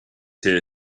hear